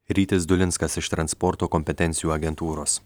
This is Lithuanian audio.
rytis dulinskas iš transporto kompetencijų agentūros